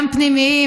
גם פנימיים,